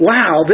Wow